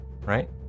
right